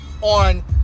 on